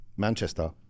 Manchester